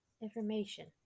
Information